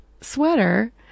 sweater